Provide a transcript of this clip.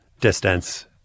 distance